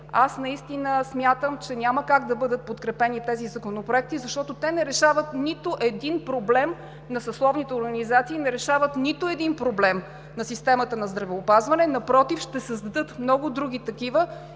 Аз наистина смятам, че няма как да бъдат подкрепени тези законопроекти, защото те не решават нито един проблем на съсловните организации, не решават нито един проблем на системата на здравеопазване, напротив – ще създадат много други такива,